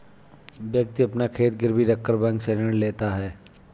व्यक्ति अपना खेत गिरवी रखकर बैंक से ऋण लेता है